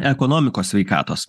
ekonomikos sveikatos